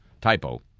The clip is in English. typo